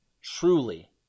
truly